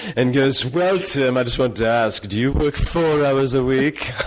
and goes. well, tim, i just wanted to ask, do you work four hours a week?